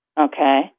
Okay